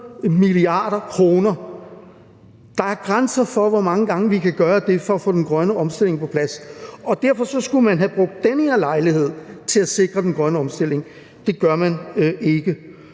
milliarder kroner. Der er grænser for, hvor mange gange vi kan gøre det for at få den grønne omstilling på plads. Derfor skulle man have brugt den her lejlighed til at sikre den grønne omstilling. Det gør man ikke.